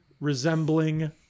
resembling